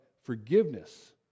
Forgiveness